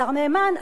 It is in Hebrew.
השר נאמן,